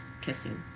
kissing